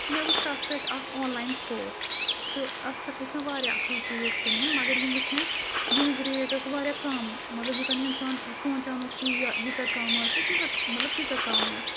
مےٚ وٕچھ تَتھ پٮ۪ٹھ اَکھ آن لاین سٕٹور تہٕ اَتھ پٮ۪ٹھ وٕچھ مےٚ واریاہ اَصٕل چیٖز کٕنٕنۍ مگر یِم وٕچھ مےٚ یِہٕنٛز ریٹ ٲس واریاہ کَم مطلب یوٗتاہ نہٕ اِنسان سونٛچان اوس کینٛہہ یا ییٖژاہ کَم آسہِ تیٖژاہ مطلب تیٖژاہ کَم ٲس